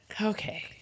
Okay